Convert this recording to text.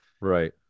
Right